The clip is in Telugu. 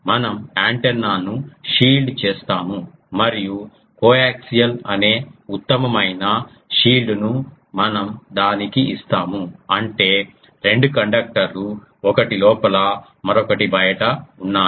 మనం యాంటెన్నాను షీల్డ్ చేస్తాము మరియు కోయాక్సియల్ అనే ఉత్తమమైన షీల్డ్ ను మనం దానికి ఇస్తాము అంటే రెండు కండక్టర్లు ఒకటి లోపల మరొకటి బయట ఉన్నాయి